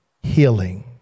healing